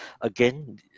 again